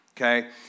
okay